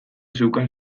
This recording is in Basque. zeukan